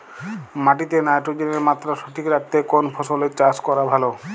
মাটিতে নাইট্রোজেনের মাত্রা সঠিক রাখতে কোন ফসলের চাষ করা ভালো?